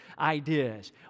ideas